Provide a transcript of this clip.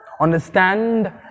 understand